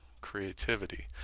creativity